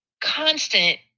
constant